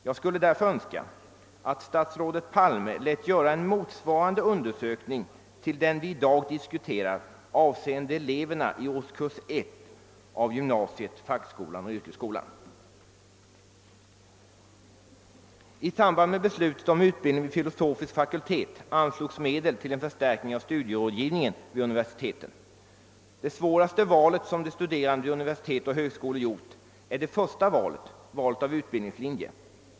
Jag skulle därför önska ait statsrådet Palme läte göra en undersökning som motsvarar den vi i dag diskuterar, avseende eleverna i årskurs 1 i gymnasiet, fackskolan och yrkesskolan. I samband med beslutet om utbildning vid filosofisk fakultet anslogs medel till en förstärkning av studierådgivningen vid universiteten. Det svåraste valet som de studerande vid universitet och högskolor gjort är det första valet, valet av utbildningslinje.